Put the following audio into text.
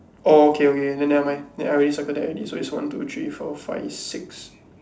orh okay okay then never mind then I already circled that already so is one two three four five six